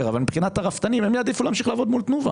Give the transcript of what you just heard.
מניח שהרפתנים יעדיפו להמשיך לעבוד מול תנובה,